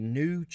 new